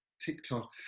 tiktok